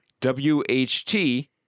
WHT